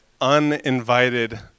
uninvited